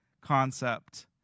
concept